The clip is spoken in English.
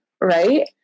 right